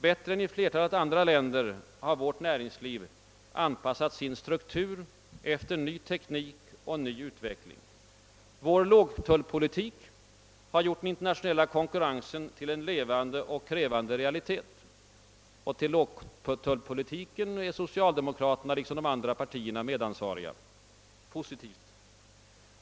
Bättre än i flertalet andra länder har vårt näringsliv anpassat sin struktur efter ny teknik och ny utveckling. Vår lågtullpolitik har gjort den internationella konkurrensen till en levande och krävande realitet, och till lågtullpolitiken är det socialdemokratiska partiet liksom de andra partierna positivt medansvarigt.